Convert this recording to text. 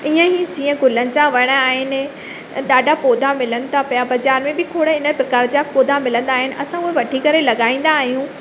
ईअं ही जीअं गुलनि जा वणु आहिनि ॾाढा पौधा मिलनि था पिया बाज़ारि में बि खोड़ इन प्रकार जा पौधा मिलंदा आहिनि असां उहो वठी करे लॻाईंदा आहियूं